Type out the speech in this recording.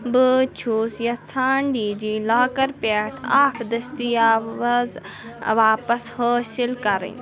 بہٕ چھُس یَژھان ڈی جی لاکر پٮ۪ٹھ اَکھ دٔستِیاب وز واپس حٲصِل کَرٕنۍ